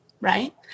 right